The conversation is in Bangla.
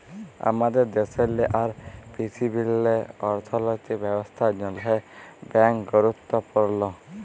আমাদের দ্যাশেল্লে আর পীরথিবীল্লে অথ্থলৈতিক ব্যবস্থার জ্যনহে ব্যাংক গুরুত্তপুর্ল